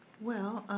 well,